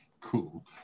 Cool